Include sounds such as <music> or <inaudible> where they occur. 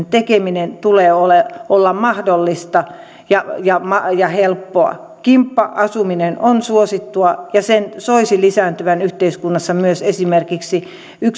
<unintelligible> tekemisen tulee olla mahdollista ja helppoa kimppa asuminen on suosittua ja sen soisi lisääntyvän yhteiskunnassa myös esimerkiksi